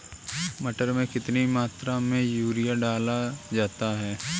मटर में कितनी मात्रा में यूरिया डाला जाता है?